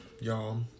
y'all